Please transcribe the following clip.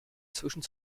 zwischen